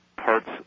parts